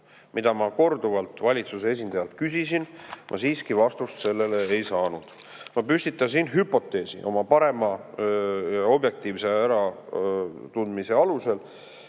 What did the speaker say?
mida ma korduvalt valitsuse esindajalt küsisin, aga ma siiski vastust sellele ei saanud. Ma püstitasin hüpoteesi oma parema objektiivse äratundmise alusel,